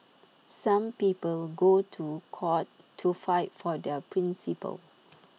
some people go to court to fight for their principles